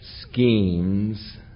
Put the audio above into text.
schemes